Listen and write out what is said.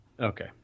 Okay